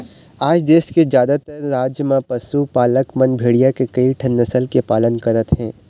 आज देश के जादातर राज म पशुपालक मन भेड़िया के कइठन नसल के पालन करत हे